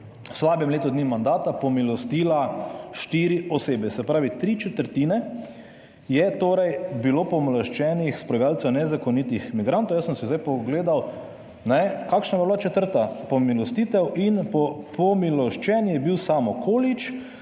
v slabem letu dni mandata pomilostila štiri osebe. Se pravi, tri četrtine je torej bilo pomiloščenih sprovajalcev nezakonitih migrantov. Jaz sem si zdaj pogledal kakšna je bila četrta pomilostitev, in pomiloščen je bil Samo Količ,